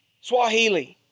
Swahili